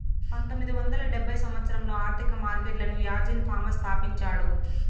పంతొమ్మిది వందల డెబ్భై సంవచ్చరంలో ఆర్థిక మార్కెట్లను యాజీన్ ఫామా స్థాపించాడు